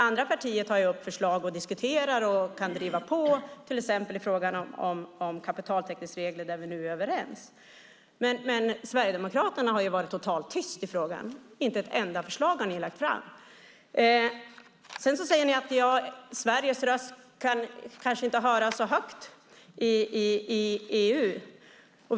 Andra partier tar upp förslag och diskuterar och kan driva på till exempel i fråga om kapitaltäckningsregler, där vi nu är överens. Men Sverigedemokraterna har varit totalt tysta i frågan. Inte ett enda förslag har ni lagt fram. Ni säger att Sveriges röst kanske inte kan höras så högt i EU.